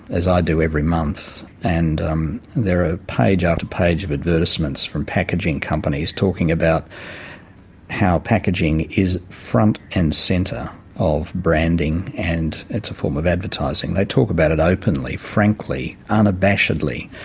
as i do every month, and um there are page after page of advertisements from packaging companies, talking about how packaging is front and centre of branding, and it's a form of advertising they talk about it openly, frankly, unabashedly.